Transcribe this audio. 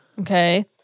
Okay